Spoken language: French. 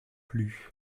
plus